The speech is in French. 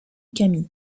kami